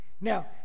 Now